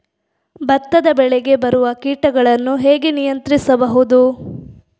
ಭತ್ತದ ಬೆಳೆಗೆ ಬರುವ ಕೀಟಗಳನ್ನು ಹೇಗೆ ನಿಯಂತ್ರಿಸಬಹುದು?